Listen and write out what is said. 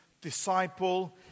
disciple